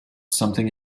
something